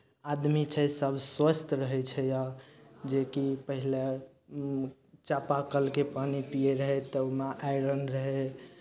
आदमी छै सभ स्वस्थ रहै छै आब जेकि पहिले चापाकलके पानि पीयैत रहै तऽ ओहिमे आइरन रहै